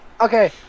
Okay